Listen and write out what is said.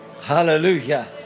hallelujah